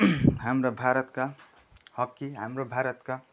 हाम्रा भारतका हकी हाम्रो भारतका